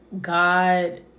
God